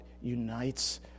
unites